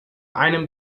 einem